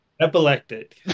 Epileptic